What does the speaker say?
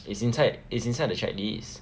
is inside is inside the checklist